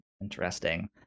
Interesting